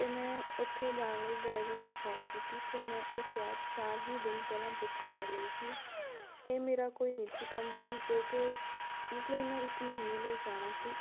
ਅਤੇ ਮੈਂ ਉੱਥੇ ਜਾਣ ਲਈ ਡਰਾਇਵਰ ਨੂੰ ਕੋਲ ਕੀਤੀ ਅਤੇ ਮੈਂ ਇਹ ਕੈਬ ਚਾਰ ਹੀ ਦਿਨ ਪਹਿਲਾਂ ਬੁੱਕ ਕਰ ਲਈ ਸੀ ਇਹ ਮੇਰਾ ਕੋਈ ਨਿੱਜੀ ਕੰਮ ਸੀ ਜੋ ਕਿ ਜਿਸ ਲਈ ਮੈਂ ਇੱਕ ਮਹੀਨੇ ਲਈ ਜਾਣਾ ਸੀ